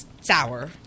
sour